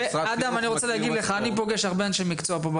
אני רוצה להגיד לך: אני פוגש הרבה אנשי מקצוע פה,